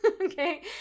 Okay